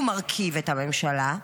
הוא מרכיב את הממשלה,